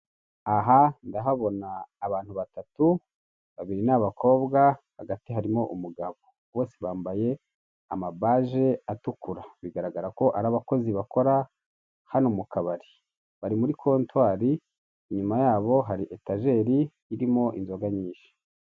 Aha ndahabona abantu batatu, babiri ni abakobwa, hagati harimo umugabo. Bose bambaye amabaje atukura, bigaragara ko ari abakozi bakora hano mu kabari. Bari muri kontwari, inyuma yabo hari etajeri irimo inzoga nyinshi.